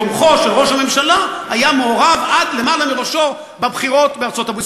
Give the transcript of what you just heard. תומכו של ראש הממשלה היה מעורב עד למעלה מראשו בבחירות בארצות-הברית.